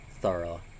thorough